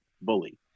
bully